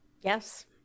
yes